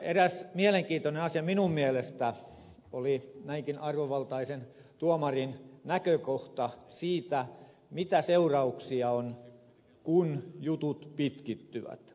eräs mielenkiintoinen asia minun mielestäni oli näinkin arvovaltaisen tuomarin näkökohta siitä mitä seurauksia on kun jutut pitkittyvät